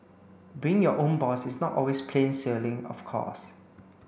being your own boss is not always plain sailing of course